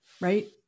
right